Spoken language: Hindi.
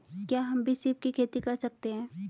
क्या हम भी सीप की खेती कर सकते हैं?